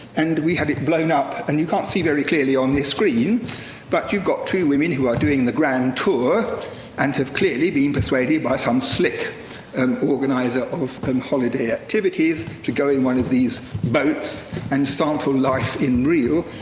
and we had it blown up, and you can't see very clearly on this screen but you've got two women who are doing the grand tour and have clearly been persuaded by some slick organizer of um holiday activities to go in one of these boats and sample life in real,